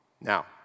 Now